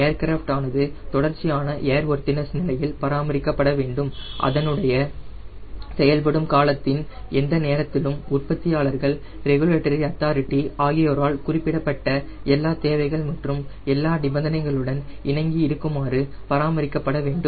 aircraft ஆனது தொடர்ச்சியான airworthiness நிலையில் பராமரிக்கப்பட வேண்டும் அதனுடைய செயல்படும் காலத்தின் எந்த நேரத்திலும் உற்பத்தியாளர் ரெகுலேட்டரி அத்தாரிட்டி ஆகியோரால் குறிப்பிடப்பட்ட எல்லா தேவைகள் மற்றும் எல்லா நிபந்தனைகளுடன் இணங்கி இருக்குமாறு பராமரிக்கப்பட வேண்டும்